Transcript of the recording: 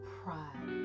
pride